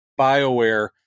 BioWare